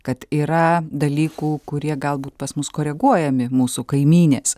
kad yra dalykų kurie galbūt pas mus koreguojami mūsų kaimynės